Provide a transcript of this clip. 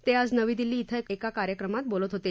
ते आज नवी दिल्ली इथं एका कार्यक्रमात बोलत होते